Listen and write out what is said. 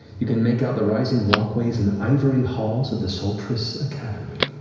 you can make out the rising walkways and ivory halls of the soltryce academy,